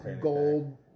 gold